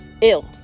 ill